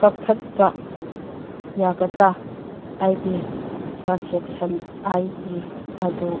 ꯀꯛꯊꯠꯄ ꯌꯥꯒꯗ꯭ꯔꯥ ꯑꯩꯒꯤ ꯇ꯭ꯔꯥꯟꯖꯦꯛꯁꯟ ꯑꯥꯏ ꯗꯤ ꯑꯗꯨ